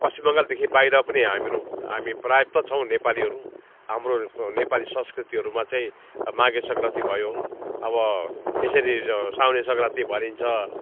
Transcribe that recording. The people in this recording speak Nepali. पश्चिम बङ्गालदेखि बाहिर पनि हामीहरू हामी प्रायः त छौँ नेपालीहरू हाम्रो नेपाली संस्कृतिहरूमा चाहिँ माघे सग्राँती भयो अब यसरी साउने सग्राँती भनिन्छ